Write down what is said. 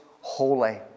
holy